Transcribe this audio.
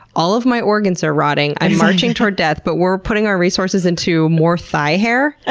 all of my organs are rotting, i'm marching toward death, but we're putting our resources into more thigh hair.